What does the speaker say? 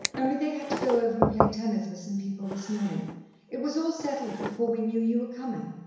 only they had to go over and play tennis with some people this morning it was all settled before we knew you were coming.